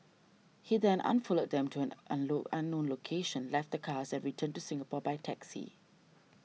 he then unfollowed them to an unknown unknown location left the cars and returned to Singapore by taxi